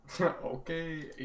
Okay